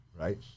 right